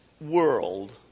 world